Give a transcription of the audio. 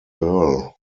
earl